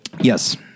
Yes